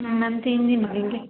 میم تین دِن لگیں گے